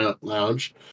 lounge